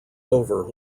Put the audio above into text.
over